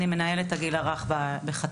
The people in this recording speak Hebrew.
אני מנהלת הגיל הרך בחצבה.